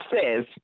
says